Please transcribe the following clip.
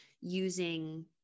using